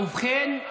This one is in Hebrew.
ובכן,